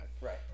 Right